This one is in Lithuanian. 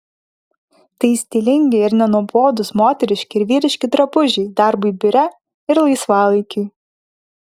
tai stilingi ir nenuobodūs moteriški ir vyriški drabužiai darbui biure ir laisvalaikiui